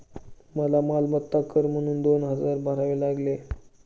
मला मालमत्ता कर म्हणून दोन हजार भरावे लागले